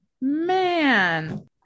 man